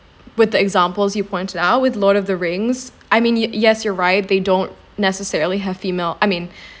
with the examples you pointed out with lord of the rings I mean ye~ yes you're right they don't necessarily have female I mean